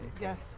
yes